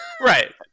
Right